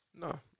No